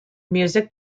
music